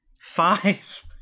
five